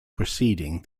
preceding